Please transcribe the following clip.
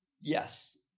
Yes